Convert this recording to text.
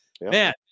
man